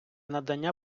надання